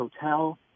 hotel